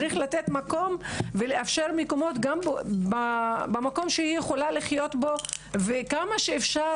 צריך לתת מקום ולאפשר מקומות גם במקום שהיא יכולה לחיות בו וכמה שאפשר